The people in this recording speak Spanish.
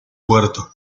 puerto